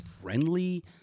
friendly